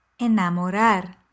Enamorar